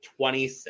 26